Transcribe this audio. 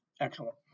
Excellent